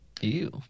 Ew